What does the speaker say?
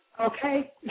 Okay